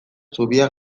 zubiak